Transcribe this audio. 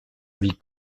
vie